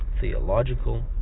theological